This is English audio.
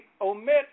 omit